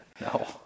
No